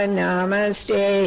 namaste